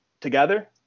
together